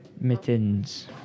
Mittens